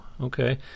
Okay